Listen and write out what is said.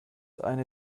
eine